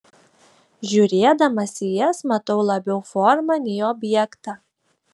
žiūrėdamas į jas matau labiau formą nei objektą